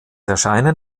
erscheinen